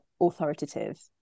authoritative